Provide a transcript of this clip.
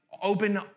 Open